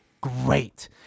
great